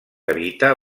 habita